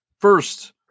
first